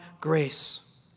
grace